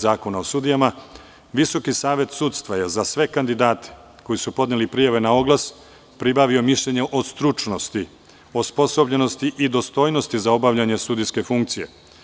Zakona o sudijama, Visoki savet sudstva je za sve kandidate koji su podneli prijave na oglas pribavio mišljenje o stručnosti, osposobljenosti i dostojnosti za obavljanje sudijske funkcije.